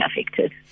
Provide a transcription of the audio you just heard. affected